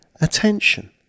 attention